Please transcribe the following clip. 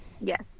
yes